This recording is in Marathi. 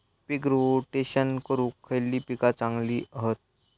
पीक रोटेशन करूक खयली पीका चांगली हत?